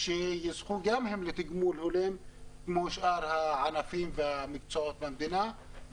שיזכו גם הם לתגמול הולם כמו שאר הענפים והמקצועות במדינה,